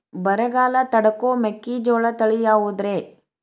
ಬರಗಾಲ ತಡಕೋ ಮೆಕ್ಕಿಜೋಳ ತಳಿಯಾವುದ್ರೇ?